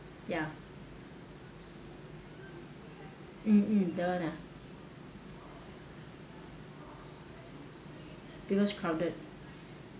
ya mmhmm that one ah because crowded